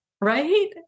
right